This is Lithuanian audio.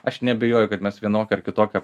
aš neabejoju kad mes vienokio ar kitokio